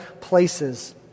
places